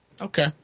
okay